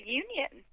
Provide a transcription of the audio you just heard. union